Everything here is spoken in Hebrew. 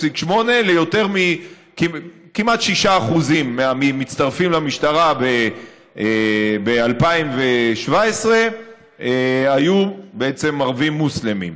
1.8% כמעט 6% מהמצטרפים למשטרה ב-2017 היו בעצם ערבים מוסלמים.